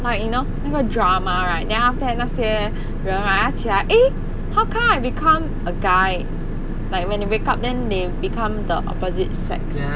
like you know 那个 drama right then after that 那些人 right 他起来 eh how come I become a guy like when you wake up then they become the opposite sex